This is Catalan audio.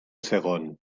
segon